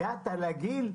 הגעת לגיל?